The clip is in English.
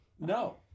No